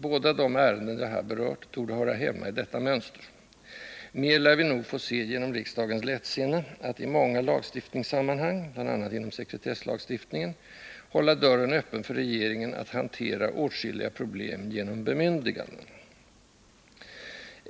Båda de ärenden jag här berört torde höra hemma i detta mönster. Mer lär vi nog få se genom riksdagens lättsinne att i många lagstiftningssammanhang-— bl.a. inom sekretesslagstiftningen — hålla dörren öppen för regeringen att hantera åtskilliga problem genom ”bemyndiganden”.